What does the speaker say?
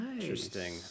interesting